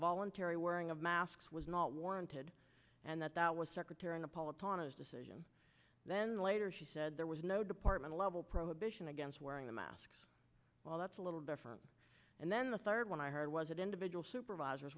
voluntary wearing of masks was not warranted and that that was secretary napolitano decision then later she said there was no department level prohibition against wearing the mask well that's a little different and then the third one i heard was that individual supervisors